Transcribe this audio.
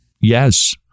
Yes